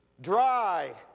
dry